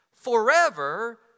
forever